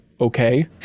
Okay